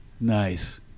Nice